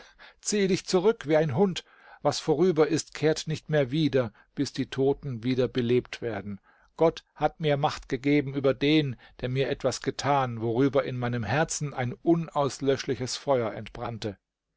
ziehe dich zurück wie ein hund was vorüber ist kehrt nicht mehr wieder bis die toten wieder belebt werden gott hat mir macht gegeben über den der mir etwas getan worüber in meinem herzen ein unauslöschliches feuer entbrannte